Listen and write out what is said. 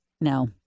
No